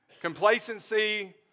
Complacency